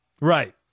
Right